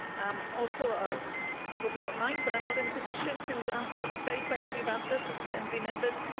um also, um i hope you won't mind, but i'm not in a position to answer the very question you've asked us as assembly members,